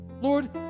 Lord